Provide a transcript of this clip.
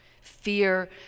Fear